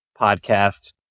podcast